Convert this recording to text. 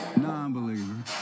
non-believer